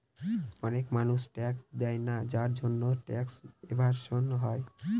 অনেক মানুষ ট্যাক্স দেয়না যার জন্যে ট্যাক্স এভাসন হয়